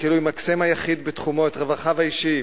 כאילו ימקסם היחיד בתחומו את רווחיו האישיים,